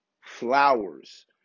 flowers